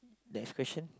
next question